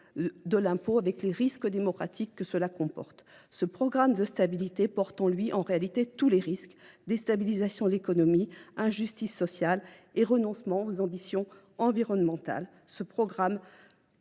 de l’impôt, avec les risques démocratiques que cela comporte. Ce programme de stabilité porte en lui, en réalité, tous les risques : déstabilisation de l’économie, injustice sociale et renoncement aux ambitions environnementales. Il nous